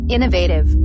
Innovative